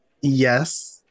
yes